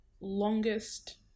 longest